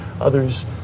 others